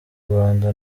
rwanda